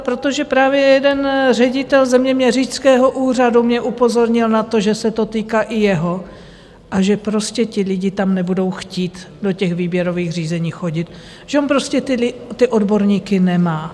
Protože právě jeden ředitel zeměměřického úřadu mě upozornil na to, že se to týká i jeho a že prostě ti lidi tam nebudou chtít do těch výběrových řízení chodit, že on prostě ty odborníky nemá.